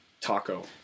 Taco